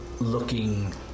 looking